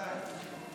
מתי?